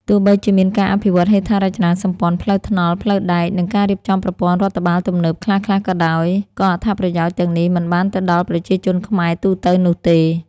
ទោះបីជាមានការអភិវឌ្ឍហេដ្ឋារចនាសម្ព័ន្ធ ផ្លូវថ្នល់ ផ្លូវដែក និងការរៀបចំប្រព័ន្ធរដ្ឋបាលទំនើបខ្លះៗក៏ដោយ ក៏អត្ថប្រយោជន៍ទាំងនេះមិនបានទៅដល់ប្រជាជនខ្មែរទូទៅនោះទេ។